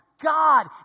God